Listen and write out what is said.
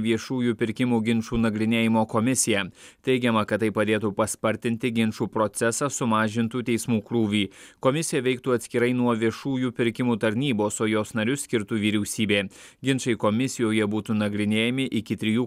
viešųjų pirkimų ginčų nagrinėjimo komisiją teigiama kad tai padėtų paspartinti ginčų procesą sumažintų teismų krūvį komisija veiktų atskirai nuo viešųjų pirkimų tarnybos o jos narius skirtų vyriausybė ginčai komisijoje būtų nagrinėjami iki trijų